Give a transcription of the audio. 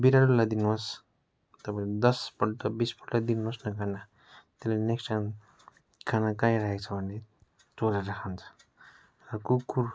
बिरालोलाई दिनुहोस् तपाईँले दसपल्ट बिसपल्टै दिनुहोस् न खाना त्यसले नेक्स्ट टाइम खाना कहीँ राखेको छ भने चोरेर खान्छ र कुकुर